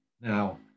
Now